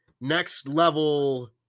next-level